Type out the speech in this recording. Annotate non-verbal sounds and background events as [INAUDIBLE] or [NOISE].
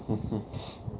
[LAUGHS]